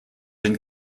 denn